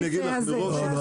כמו שאמרת,